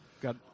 got